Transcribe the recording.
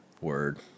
Word